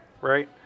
right